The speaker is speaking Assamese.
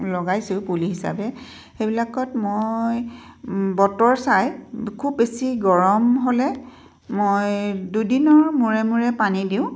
লগাইছোঁ পুলি হিচাবে সেইবিলাকত মই বতৰ চাই খুব বেছি গৰম হ'লে মই দুদিনৰ মূৰে মূৰে পানি দিওঁ